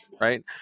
right